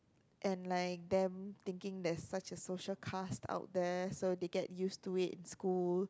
and like them thinking they're such a social outcast out there so they get used to it in school